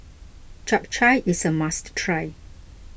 Chap Chai is a must try